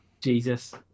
jesus